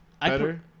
Better